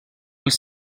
els